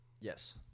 Yes